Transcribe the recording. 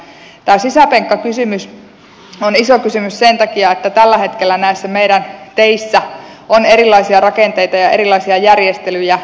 tämä sisäpenkkakysymys on iso kysymys sen takia että tällä hetkellä näissä meidän teissämme on erilaisia rakenteita ja erilaisia järjestelyjä